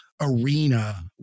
arena